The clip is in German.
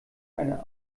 eine